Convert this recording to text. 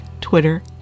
Twitter